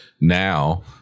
now